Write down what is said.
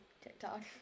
TikTok